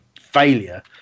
failure